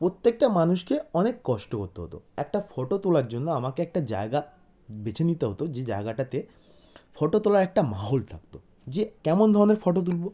প্রত্যেকটা মানুষকে অনেক কষ্ট করতে হতো একটা ফটো তোলার জন্য আমাকে একটা জায়গা বেছে নিতে হতো যে জায়গাটাতে ফটো তোলার একটা মাহল থাকত যে কেমন ধরনের ফটো তুলব